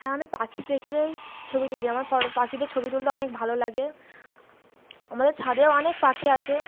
হ্যাঁ আমি পাখি দেখলেই ছবি তুলি আমার পাখিদের ছবি তুলতে অনেক ভালো লাগে আমাদের ছাদেও অনেক পাখি আসে